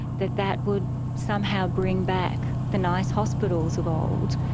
that that would somehow bring back the nice hospitals of old,